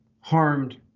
harmed